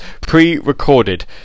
pre-recorded